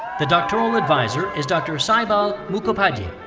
the doctoral advisor is dr. saibal mukhopadhyay.